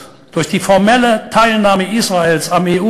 לכן אני רוצה לומר שהיום יש כבר הדור השלישי של קהילת